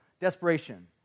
desperation